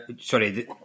sorry